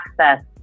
access